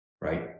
right